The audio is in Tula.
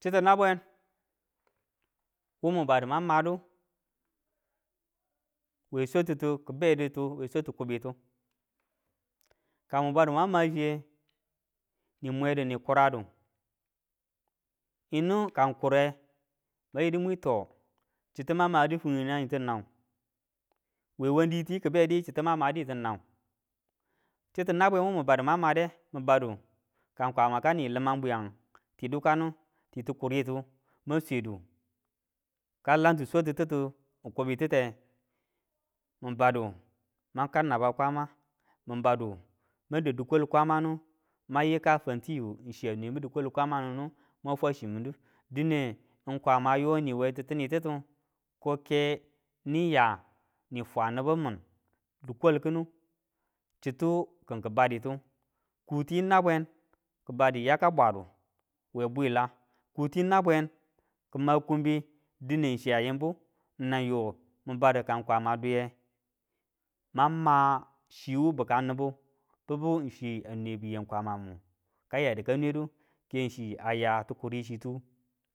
Chitu nabwen wu mi badu mang madu we swatitu kibeditu we swatu kubitu. Ka mun badu mang machiye, ne mwedu ni kuradu, yinu kang kure mwang yidu mwi to chitu mang madu fine nangitu n nau, we wanditiyu kibeliyu kibediyu chitu mang maditu nan, chitu nabwen wu mibadu mang made min badu ka kwama kani liman bwiyangu ti dukanu ti tukuritu mang swedu ka langtu swatu titi kubu tite mun badu mang kau na ba kwama, mun badu man dau di kwal kwamanu mang yika fanti yiya nwenbu dikwal kwama wenu mang fwa chimin du, dine kwama yo niwe titinititu koke niya ni fwa nibu min dikwal kini chitu kin ku baditu, kutiyu nabwen kibadu yaka bwadu we bwila, kutiyu nabwen kima kumbi dine diya yimbu, nang yo min badu ka kwama duye manga ma chiwu bi kam nibu bibu ng chi a nwebu yam kwamamu kayadu kanwedu ken chi aya tukuri chitu,